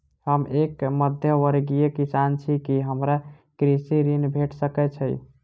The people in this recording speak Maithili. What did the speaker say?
हम एक मध्यमवर्गीय किसान छी, की हमरा कृषि ऋण भेट सकय छई?